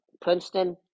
Princeton